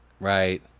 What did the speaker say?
Right